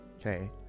okay